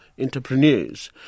entrepreneurs